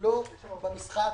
לא במשחק,